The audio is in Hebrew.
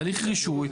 בהליך רישוי.